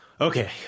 Okay